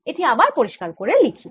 এটি আবার পরিষ্কার করে লিখি